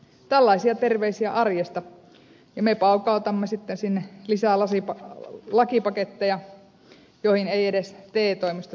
tällaisia terveisiä arjesta ja me paukautamme sitten sinne lisää lakipaketteja joihin eivät edes te toimistot pysty vastaamaan